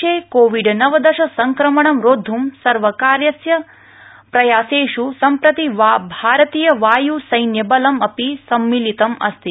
देशे कोविड नवदश संक्रमणम् रोदध् सर्वकारस्य प्रयासेष् सम्प्रति भारतीय वाय् सैन्य बलम् अपि सम्मिलितम् अस्ति